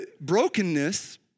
Brokenness